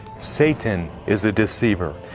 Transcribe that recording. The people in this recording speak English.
satan is a deceiver.